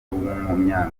w’umunyamerika